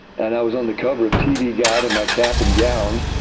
and i was on the cover of tv guide in my cap and down,